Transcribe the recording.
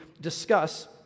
discuss